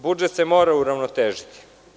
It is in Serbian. Budžet se mora uravnotežiti.